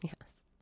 Yes